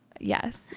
Yes